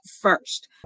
first